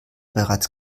bereits